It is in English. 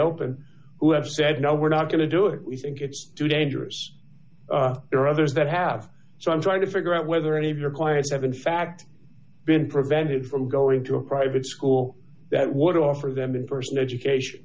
reopen who have said no we're not going to do it we think it's too dangerous there are others that have so i'm trying to figure out whether any of your clients have in fact been prevented from going to a private school that would offer them st education